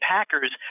Packers